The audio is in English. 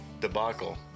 debacle